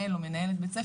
לבן): בסדר,